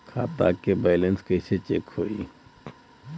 खता के बैलेंस कइसे चेक होई?